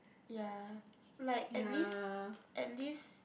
ya like at least at least